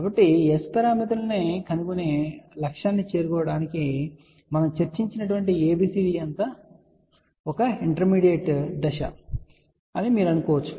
కాబట్టి S పారామితులను కనుగొనే తుది లక్ష్యాన్ని చేరుకోవడానికి మనము చర్చించిన ABCD అంతా ఒక ఇంటర్మీడియట్ దశ అని మీరు చెప్పవచ్చు